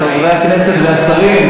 חברי הכנסת והשרים,